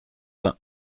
vingt